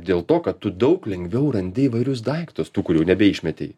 dėl to kad tu daug lengviau randi įvairius daiktus tų kurių nebeišmetei